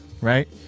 right